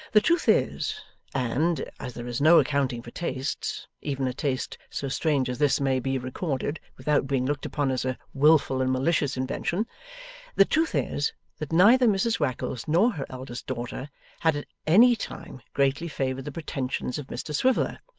the truth is and, as there is no accounting for tastes, even a taste so strange as this may be recorded without being looked upon as a wilful and malicious invention the truth is that neither mrs wackles nor her eldest daughter had at any time greatly favoured the pretensions of mr swiveller,